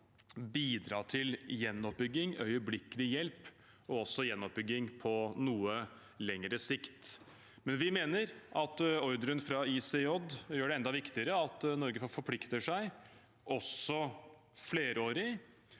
bidra til gjenoppbygging, øyeblikkelig hjelp og også gjenoppbygging på noe lengre sikt? Vi mener ordren fra ICJ gjør det enda viktigere at Norge forplikter seg, også flerårig,